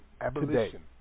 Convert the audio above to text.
Abolition